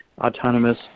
autonomous